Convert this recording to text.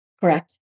Correct